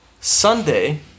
Sunday